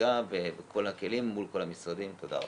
בחקיקה ובכל הכלים מול כל המשרדים, תודה רבה.